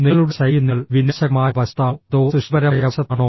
നിങ്ങളുടെ ശൈലിഃ നിങ്ങൾ വിനാശകരമായ വശത്താണോ അതോ സൃഷ്ടിപരമായ വശത്താണോ